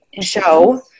show